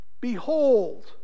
Behold